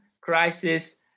crisis